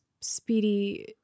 Speedy